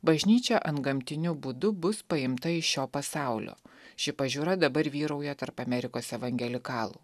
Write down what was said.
bažnyčia antgamtiniu būdu bus paimta iš šio pasaulio ši pažiūra dabar vyrauja tarp amerikos evangelikalų